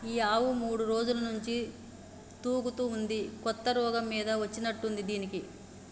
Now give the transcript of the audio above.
ఈ ఆవు మూడు రోజుల నుంచి తూగుతా ఉంది కొత్త రోగం మీద వచ్చినట్టుంది దీనికి